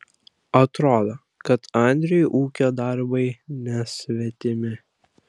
atrodo kad andriui ūkio darbai nesvetimi